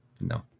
no